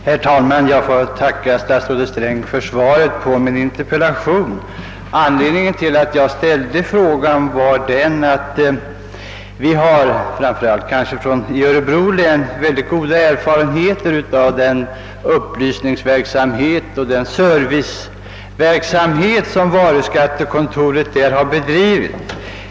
Herr talman! Jag får tacka statsrådet Sträng för svaret på min interpeilation. Anledningen till att jag framställde interpellationen var att vi i Örebro län har mycket goda erfarenheter av den upplysningsoch = serviceverksamhet som varuskattekontoret där har bedrivit.